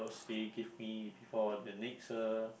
they give me before the next uh